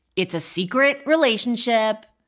it's a secret relationship.